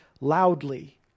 loudly